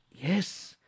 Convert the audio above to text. Yes